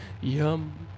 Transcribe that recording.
yum